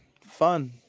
fun